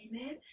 amen